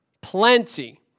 Plenty